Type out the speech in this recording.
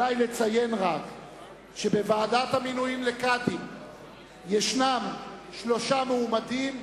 עלי לציין שבוועדת המינויים לקאדים יש שלושה מועמדים,